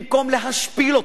במקום להשפיל אותו,